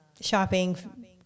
shopping